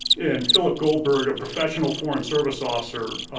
and philip goldberg, a professional foreign service officer,